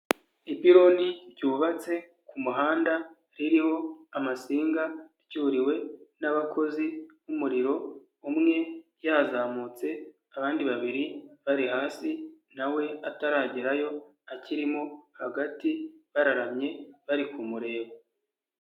Ipironi ryubatse ku muhanda, ririho amasinga ryuriwe n'abakozi b'umuriro, umwe yazamutse abandi babiri bari hasi, na we ataragerayo akirimo hagati bararamye bari kumureba.